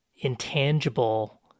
intangible